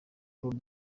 bull